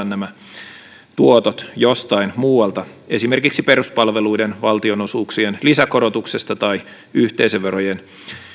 nämä tuotot jostain muualta esimerkiksi peruspalveluiden valtionosuuksien lisäkorotuksesta tai yhteisöverojen